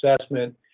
assessment